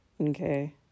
Okay